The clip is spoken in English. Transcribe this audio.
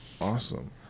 Awesome